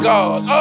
God